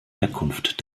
herkunft